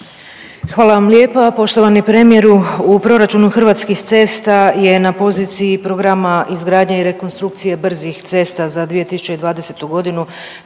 Hvala vam lijepa. Poštovani premijeru, u proračunu Hrvatskih cesta je na poziciji Programa izgradnje i rekonstrukcije brzih cesta za 2020.g.